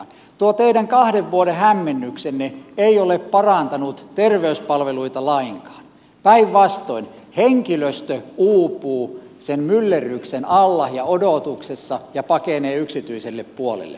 tuo teidän kahden vuoden hämmennyksenne ei ole parantanut terveyspalveluita lainkaan päinvastoin henkilöstö uupuu sen myllerryksen alla ja odotuksessa ja pakenee yksityiselle puolelle